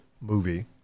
movie